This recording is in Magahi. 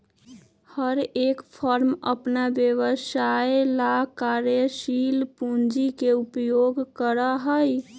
हर एक फर्म अपन व्यवसाय ला कार्यशील पूंजी के उपयोग करा हई